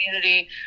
community